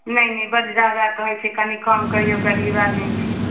नहि नहि बड जादा कहैत छियै कनि कम करियौ गरीब आदमी छी